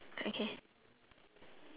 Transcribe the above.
uh does it say anything